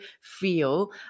feel